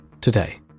Today